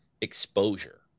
exposure